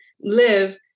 live